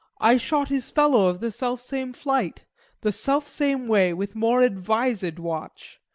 i shot his fellow of the self-same flight the self-same way, with more advised watch,